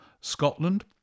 Scotland